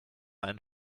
einen